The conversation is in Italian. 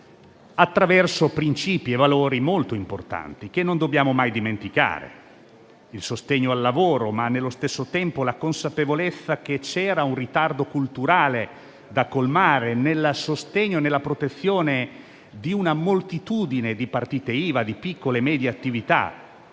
attraverso principi e valori molto importanti, che non dobbiamo mai dimenticare: il sostegno al lavoro, ma nello stesso tempo la consapevolezza che c'era un ritardo culturale da colmare nel sostegno e nella protezione di una moltitudine di partite IVA, di piccole e medie attività,